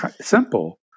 simple